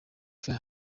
fire